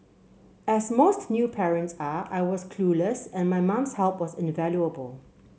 as most new parents are I was clueless and my mum's help was invaluable